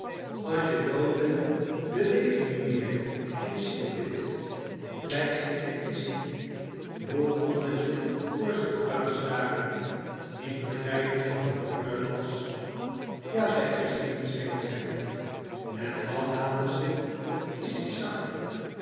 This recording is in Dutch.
as je dood ben beweeg ie niemeer geen sikkepit left ze in n kissie vroeg annetje voor zich uit starend niet begrijpend wat r gebeurd was ja zei christien de stengels hechtend en dan late ze t kissie zakke